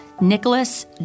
Nicholas